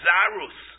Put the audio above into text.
Zarus